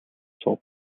суув